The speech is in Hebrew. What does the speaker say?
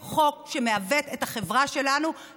והילד המשולב הזה ייאלץ לעשות לא מה שטוב לו אלא